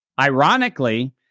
ironically